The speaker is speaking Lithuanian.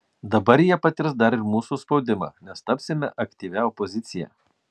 dabar jie patirs dar ir mūsų spaudimą nes tapsime aktyvia opozicija